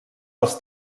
els